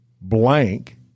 Blank